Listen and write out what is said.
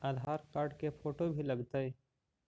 आधार card के photo भी लग तै?